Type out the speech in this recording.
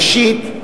ראשית,